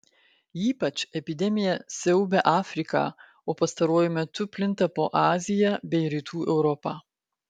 ypač epidemija siaubia afriką o pastaruoju metu plinta po aziją bei rytų europą